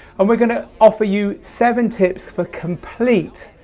and we're going to offer you seven tips for complete,